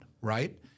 right